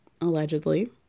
allegedly